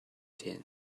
din